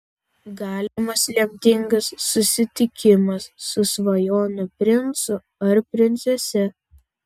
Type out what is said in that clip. galimas lemtingas susitikimas su svajonių princu ar princese